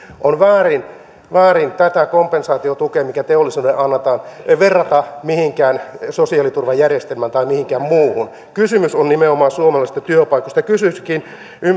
on väärin väärin tätä kompensaatiotukea mikä teollisuudelle annetaan verrata mihinkään sosiaaliturvajärjestelmään tai mihinkään muuhun kysymys on nimenomaan suomalaisista työpaikoista kysyisinkin